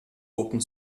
open